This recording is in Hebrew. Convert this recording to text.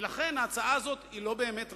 ולכן, ההצעה הזאת היא לא באמת ריאלית,